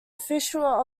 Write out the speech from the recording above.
official